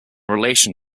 relation